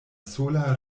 sola